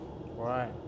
Right